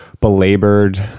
belabored